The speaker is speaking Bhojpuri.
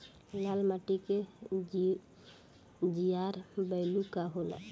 लाल माटी के जीआर बैलू का होला?